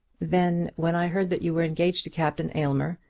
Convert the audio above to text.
then, when i heard that you were engaged to captain aylmer,